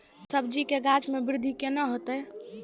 सब्जी के गाछ मे बृद्धि कैना होतै?